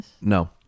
No